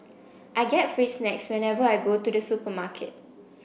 I get free snacks whenever I go to the supermarket